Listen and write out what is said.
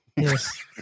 Yes